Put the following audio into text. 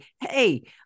hey